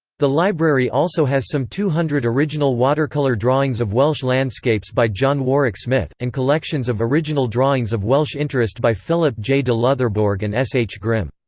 the library also has some two hundred original watercolour drawings of welsh landscapes by john warwick smith, and collections of original drawings of welsh interest by philip j. de loutherbourg and s. h. grimm.